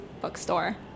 Bookstore